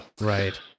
Right